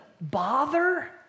bother